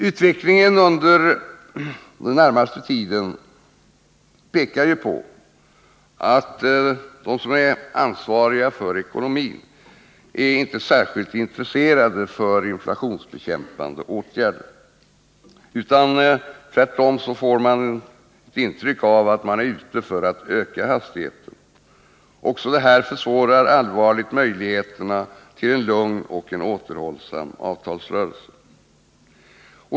Såvitt jag förstår är de ansvariga för vår ekonomi inte särskilt intresserade av inflationsbekämpande åtgärder. Man får tvärtom ett intryck av att de är ute efter att öka hastigheten på inflationen. Också detta försvårar allvarligt möjligheterna till en lugn och återhållsam avtalsrörelse.